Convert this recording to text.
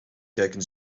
kijken